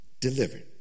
delivered